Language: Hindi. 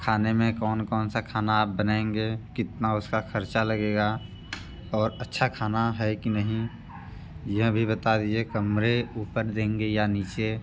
खाने में कौन कौन सा खाना आप बनाएँगे कितना उसका ख़र्च लगेगा और अच्छा खाना है कि नहीं यह भी बता दिजिए कमरे ऊपर देंगे या नीचे